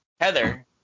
Heather